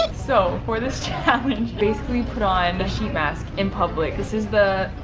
so for this challenge basically dry and ashy masks in public. this is the